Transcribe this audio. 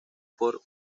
por